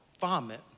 vomit